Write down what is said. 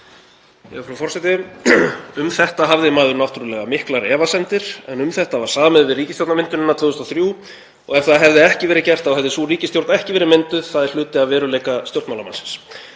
Frú forseti. „Um þetta hafði maður náttúrlega miklar efasemdir en um þetta var samið við ríkisstjórnarmyndunina 2003 og ef það hefði ekki verið gert þá hefði sú ríkisstjórn ekki verið mynduð, það er hluti af veruleika stjórnmálamannsins.“